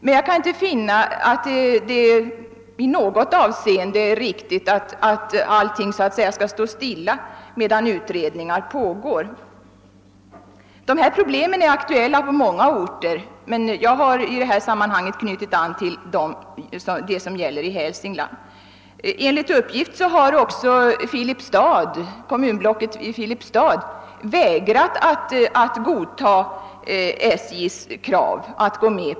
Men jag kan inte finna att det är riktigt att allt skall stå stilla medan utredningar pågår. Dessa problem är aktuella på många orter, men jag har i detta sammanhang knutit an till dem som föreligger i Hälsingland. Enligt uppgift har också myndigheterna i Filipstads kommunblock vägrat att gå med på SJ:s krav.